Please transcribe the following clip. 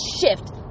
shift